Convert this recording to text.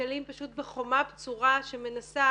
נתקלים פשוט בחומה בצורה שמנסה